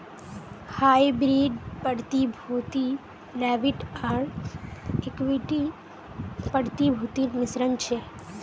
hybrid प्रतिभूति debit आर equity प्रतिभूतिर मिश्रण छ